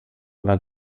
war